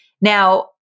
Now